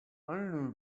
only